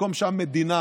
במקום שהמדינה